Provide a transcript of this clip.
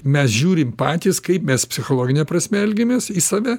mes žiūrim patys kaip mes psichologine prasme elgiamės į save